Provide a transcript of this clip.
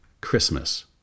Christmas